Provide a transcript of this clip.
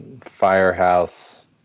firehouse